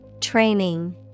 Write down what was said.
Training